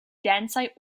densaj